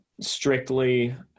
strictly